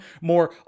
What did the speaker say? more